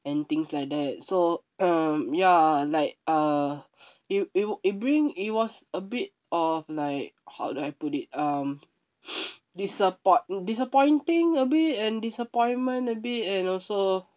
and things like that so um ya like uh it'll it'll it'll bring it was a bit of like how do I put it um dissappoit~ disappointing a bit and disappointment a bit and also